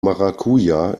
maracuja